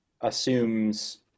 assumes